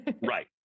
Right